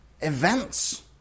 events